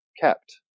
kept